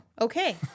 Okay